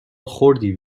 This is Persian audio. خوردی